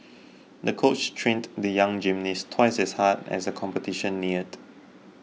the coach trained the young gymnast twice as hard as the competition neared